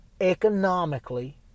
economically